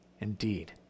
indeed